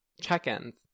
check-ins